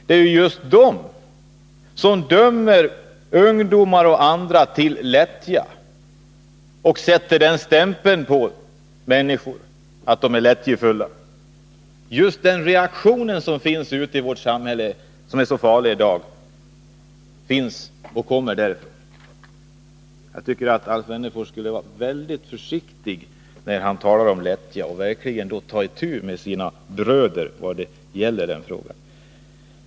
Det är de som dömer ungdomar och andra till lättja och sätter stämpeln på människor att de är lättjefulla. Just den reaktion som finns ute i vårt samhälle i dag, och som är så farlig, kommer därifrån. Jag tycker att Alf Wennerfors skall vara mycket försiktig när han talar om lättja och att han verkligen skall ta itu med sina bröder vad gäller den frågan.